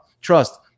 trust